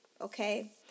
Okay